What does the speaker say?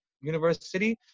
university